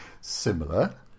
similar